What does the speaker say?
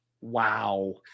Wow